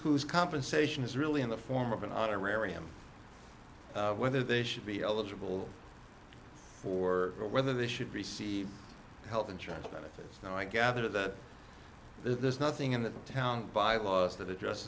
whose compensation is really in the form of an honorarium whether they should be eligible for or whether they should receive health insurance benefits now i gather that there's nothing in the town bylaws that address